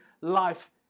life